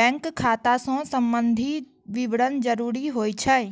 bank खाता सं संबंधी विवरण जरूरी होइ छै